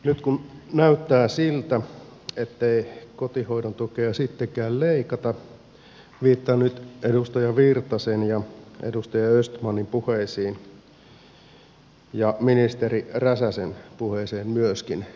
nyt näyttää siltä ettei kotihoidon tukea sittenkään leikata viittaan nyt edustaja virtasen ja edustaja östmanin puheisiin ja ministeri räsäsen puheisiin myöskin